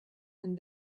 and